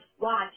watch